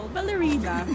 Ballerina